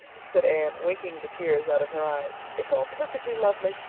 said anne, winking the tears out of her eyes. it's all perfectly lovely.